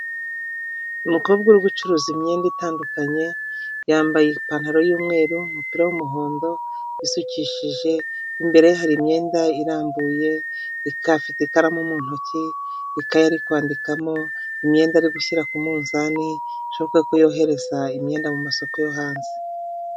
Umukobwa uri ucuruza imyenda itandukanye, yambaye ipantaro y'umweru, umupira w'umuhondo, wisukishije, imbere hari imyenda irambuye, afite ikaramu mu ntoki, ikayi ari kwandikamo, imyenda ari gushyira ku munzani, bishoboke ko yohereza imyenda mu masoko yo hanze.